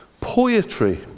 Poetry